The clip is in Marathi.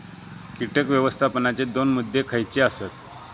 कीटक व्यवस्थापनाचे दोन मुद्दे खयचे आसत?